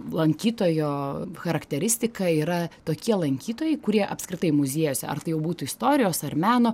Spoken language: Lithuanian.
lankytojo charakteristika yra tokie lankytojai kurie apskritai muziejuose ar tai jau būtų istorijos ar meno